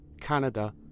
Canada